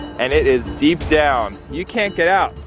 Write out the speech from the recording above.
and it is deep down. you can't get out.